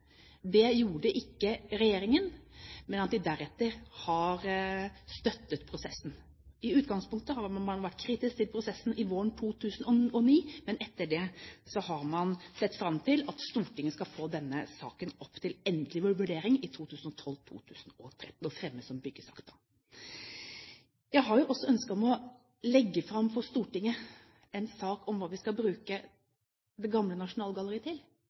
Det gjorde ikke regjeringen, men deretter har de støttet prosessen. I utgangspunktet var man kritisk til prosessen våren 2009, men etter det har man sett fram til at Stortinget skal få denne saken opp til endelig vurdering i 2012–2013 og fremme den som byggesak da. Jeg har jo også et ønske om å legge fram for Stortinget en sak om hva vi skal bruke det gamle Nasjonalgalleriet til.